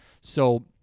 So-